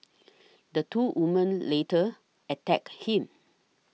the two woman later attacked him